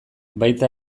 baita